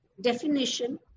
Definition